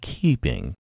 keeping